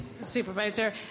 Supervisor